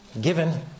given